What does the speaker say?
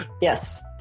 Yes